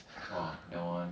ya lah but